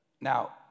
Now